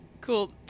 Cool